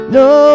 no